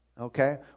okay